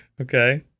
Okay